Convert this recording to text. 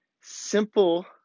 simple